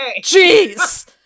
Jeez